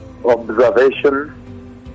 observation